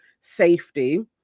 safety